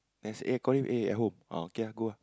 and I say I call him eh at home ah okay ah go ah